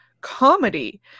comedy